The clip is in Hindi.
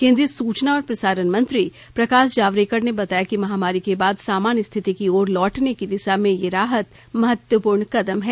केन्द्रीय सुचना और प्रसारण मंत्री प्रकाश जावडेकर ने बताया कि महामारी के बाद सामान्य स्थिति की ओर लौटने की दिशा में यह राहत महत्वपूर्ण कदम है